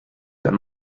dann